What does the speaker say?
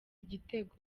igitego